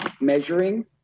measuring